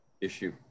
issue